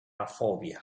phobia